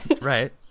Right